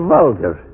Vulgar